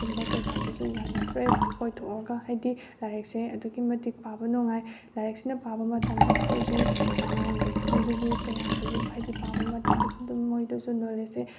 ꯒꯨꯝꯕ ꯀꯔꯤꯀꯔꯥꯗꯁꯨ ꯌꯥꯝꯅ ꯐ꯭ꯔꯦꯁ ꯑꯣꯏꯊꯣꯛꯑꯒ ꯍꯥꯏꯗꯤ ꯂꯥꯏꯔꯤꯛꯁꯦ ꯑꯗꯨꯛꯀꯤ ꯃꯇꯤꯛ ꯄꯥꯕ ꯅꯨꯡꯉꯥꯏ ꯂꯥꯏꯔꯤꯛꯁꯤꯅ ꯄꯥꯕ ꯃꯇꯝꯗ ꯑꯩꯈꯣꯏꯒꯤ ꯑꯉꯥꯡꯗꯁꯨ ꯀꯌꯥꯗꯁꯨ ꯍꯥꯏꯗꯤ ꯄꯥꯕ ꯃꯇꯝꯗꯁꯨ ꯑꯗꯨꯝ ꯃꯣꯏꯗꯁꯨ ꯅꯣꯂꯦꯖꯁꯦ